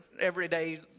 everyday